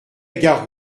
gare